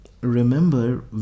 remember